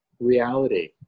reality